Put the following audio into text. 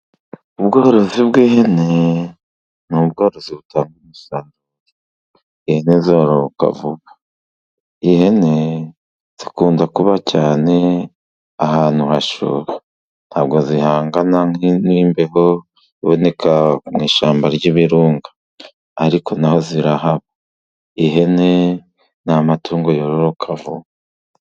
Ubworozi bw'ihene n' ubworozi butanga umusaruro, ihene zororoka vuba, ihene zikunze kuba cyane ahantu hashyuha ntabwo zihangana nk''imbeho, iboneka mu ishyamba ry'ibirunga ,ariko naho zirahaba, ihene n'amatungo yoroka vuba.